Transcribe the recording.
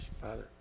Father